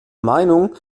meinung